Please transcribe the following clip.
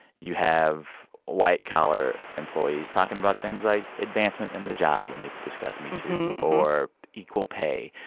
you have white-collar employees talking about things like advancement in the job when they discuss metoo or equal pay.